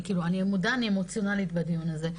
אני מודה, אני אמוציונאלית בדיון הזה.